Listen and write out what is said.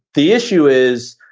the issue is,